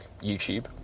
YouTube